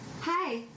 hi